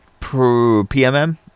PMM